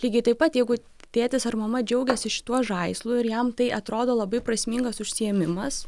lygiai taip pat jeigu tėtis ar mama džiaugiasi šituo žaislu ir jam tai atrodo labai prasmingas užsiėmimas